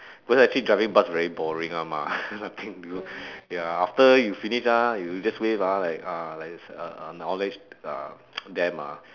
but then actually driving bus very boring [one] mah nothing do ya after you finish ah you just wave ah like ah likes a~ acknowledge them ah